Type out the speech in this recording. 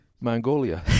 Mongolia